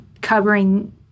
covering